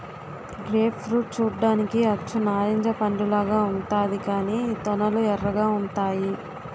grape fruit చూడ్డానికి అచ్చు నారింజ పండులాగా ఉంతాది కాని తొనలు ఎర్రగా ఉంతాయి